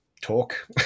talk